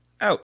out